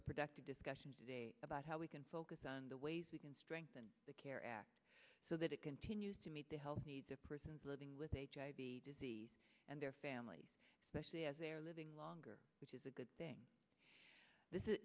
a productive discussion about how we can focus on the ways we can strengthen the care act so that it continues to meet the health needs of persons living with hiv disease and their families especially as they're living longer which is a good thing this is